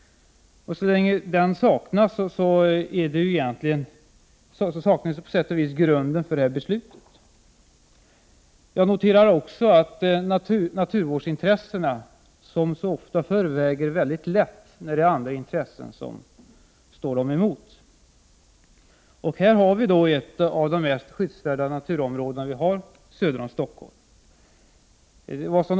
Så länge en sådan utredning saknas, saknas på sätt och vis grunden för detta beslut. Jag noterar också att naturvårdsintressena, som så ofta förekommer, väger lätt när andra intressen står dem emot. Här har vi ett av de mest skyddsvärda naturområdena söder om Stockholm.